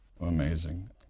Amazing